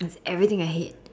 everything I hate